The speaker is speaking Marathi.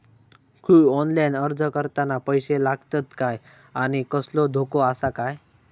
ऑनलाइन अर्ज करताना पैशे लागतत काय आनी कसलो धोको आसा काय?